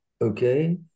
Okay